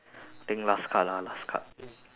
think last card lah last card